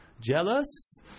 Jealous